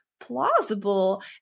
plausible